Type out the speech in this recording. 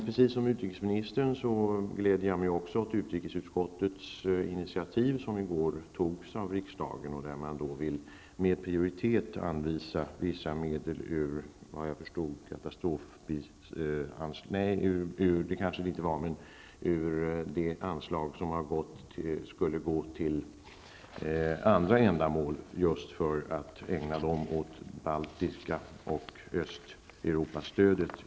Precis som utrikesministern gläder också jag mig åt utrikesutskottets initiativ, som det i går beslutades om här i riksdagen. Man skall med prioritet anvisa vissa medel ur det anslag som skulle gå till andra ändamål för att i stället använda pengarna just till det baltiska stödet och Östeuropastödet.